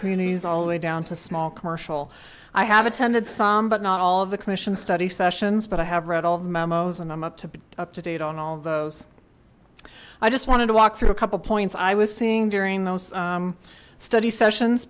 communities all the way down to small commercial i have attended some but not all of the commission study sessions but i have read all the memos and i'm up to up to date on all those i just wanted to walk through a couple points i was seeing during those study sessions